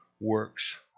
works